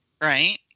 Right